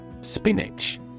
Spinach